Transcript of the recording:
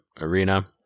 arena